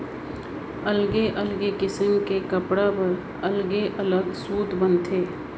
अलगे अलगे किसम के कपड़ा बर अलगे अलग सूत बनथे